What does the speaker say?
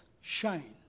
shine